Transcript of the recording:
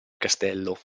castello